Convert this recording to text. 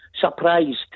surprised